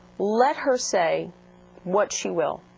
let her say what she will,